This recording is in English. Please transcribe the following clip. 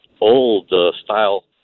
old-style